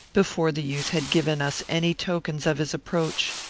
before the youth had given us any tokens of his approach.